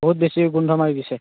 বহুত বেছি গোন্ধ মাৰি দিছে